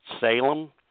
Salem